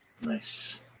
Nice